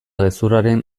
gezurraren